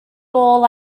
gôl